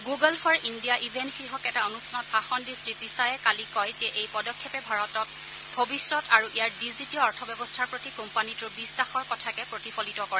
Google for India event শীৰ্ষক এটা অনুষ্ঠানত ভাষণ দি শ্ৰীপিচায়ে কালি কয় যে এই পদক্ষেপে ভাৰতৰ ভৱিষ্যত আৰু ইয়াৰ ডিজীটিয় অৰ্থব্যৱস্থাৰ প্ৰতি কোম্পানীটোৰ বিশ্বাসৰ কথাকে প্ৰতিফলিত কৰে